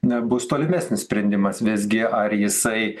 na bus tolimesnis sprendimas visgi ar jisai